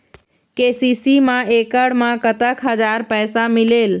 KCC मा एकड़ मा कतक हजार पैसा मिलेल?